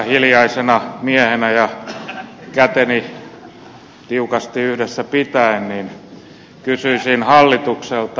hiljaisena miehenä ja käteni tiukasti yhdessä pitäen kysyisin hallitukselta